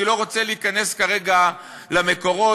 אני לא רוצה להיכנס כרגע למקורות,